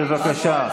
בבקשה.